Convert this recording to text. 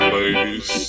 ladies